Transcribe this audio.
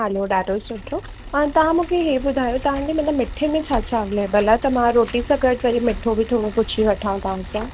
हलो ॾाढो सुठो ऐं तव्हां मूंखे इहा ॿुधायो तव्हांजी मतिलबु मिठे में छा छा अवेलेबल आहे त मां रोटी सां गॾु वरी मिठे बि थोरो पुछी वठां तव्हां सां